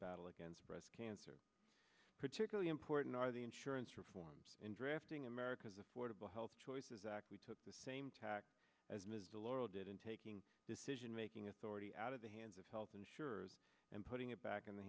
battle against breast cancer particularly important are the insurance reforms in drafting america's affordable health choices act we took the same tact as ms de lauro did in taking decision making authority out of the hands of health insurers and putting it back in the